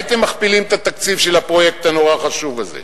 הייתם מכפילים את התקציב של הפרויקט הנורא-חשוב הזה.